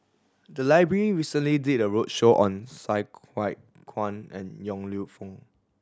the library recently did a roadshow on Sai Hua Kuan and Yong Lew Foong